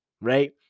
right